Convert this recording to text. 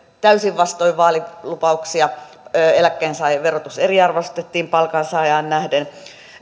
täysin vastoin vaalilupauksia eläkkeensaajien verotus eriarvoistettiin palkansaajaan nähden